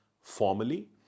formally